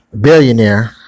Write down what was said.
billionaire